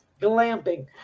Glamping